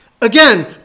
Again